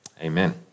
amen